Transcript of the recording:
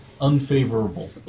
unfavorable